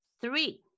Three